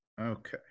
Okay